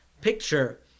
picture